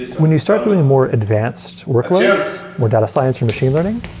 when you start doing more advanced workloads, more data science or machine learning,